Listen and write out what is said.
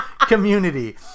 community